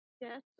Yes